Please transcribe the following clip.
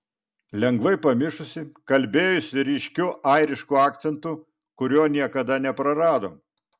lengvai pamišusi kalbėjusi ryškiu airišku akcentu kurio niekada neprarado